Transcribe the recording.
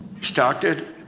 started